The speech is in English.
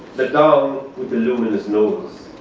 the dong the luminous nose.